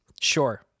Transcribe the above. Sure